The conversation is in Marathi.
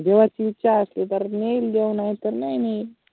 देवाची इच्छा असली तर नेईल देव नाही तर नाही नेईल